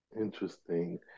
Interesting